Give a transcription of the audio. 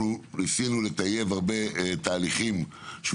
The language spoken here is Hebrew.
אנחנו ניסינו לטייב הרבה תהליכים על מנת שהוא